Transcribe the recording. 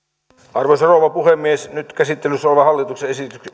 arvoisa rouva puhemies nyt käsittelyssä oleva hallituksen